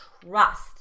trust